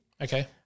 Okay